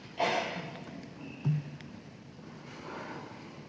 Hvala,